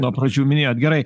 nuo pradžių minėjot gerai